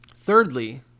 Thirdly